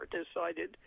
decided